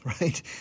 right